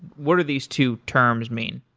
what are these two terms mean?